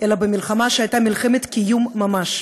אלא מלחמת קיום ממש.